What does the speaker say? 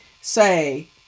say